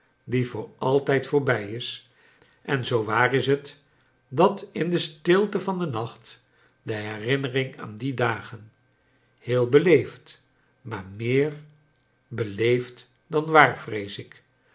die voor altijd voorbij is en zoo waar is het dat in de stilte van den nacht de herinnering aan die dagen heel beleefd maar meer beleefd dan waar vrees ik